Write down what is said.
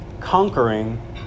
conquering